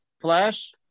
flash